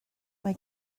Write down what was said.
mae